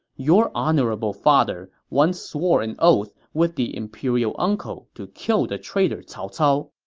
your honorable father once swore an oath with the imperial uncle to kill the traitor cao cao.